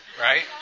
Right